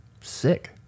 Sick